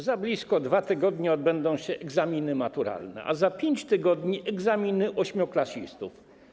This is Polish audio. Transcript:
Za blisko 2 tygodnie odbędą się egzaminy maturalne, a za 5 tygodni - egzaminy ośmioklasistów.